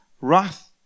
wrath